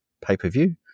pay-per-view